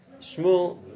Shmuel